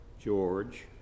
George